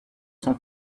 son